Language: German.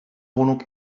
wohnung